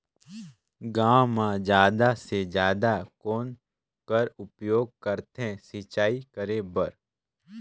गांव म जादा से जादा कौन कर उपयोग करथे सिंचाई करे बर?